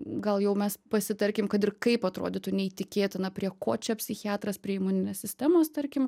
gal jau mes pasitarkim kad ir kaip atrodytų neįtikėtina prie ko čia psichiatras prie imuninės sistemos tarkim